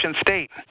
State